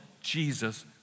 Jesus